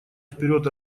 вперед